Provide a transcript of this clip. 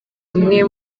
umwe